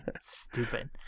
Stupid